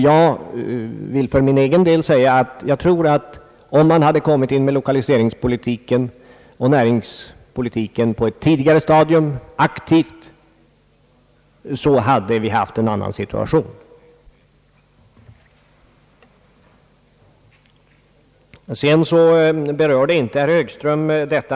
Jag tror att om vi aktivt hade genomfört lokaliseringspolitiken och näringspolitiken på ett tidigare stadium, så hade vi nu haft en annan situation på bostadsområdet.